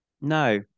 No